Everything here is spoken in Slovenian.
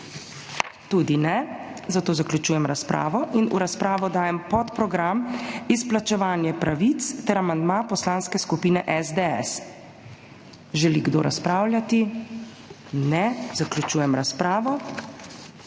Tudi ne. Zaključujem razpravo. V razpravo dajem podprogram Izplačevanje pravic ter amandma Poslanske skupine SDS. Želi kdo razpravljati? Ne. Zaključujem razpravo.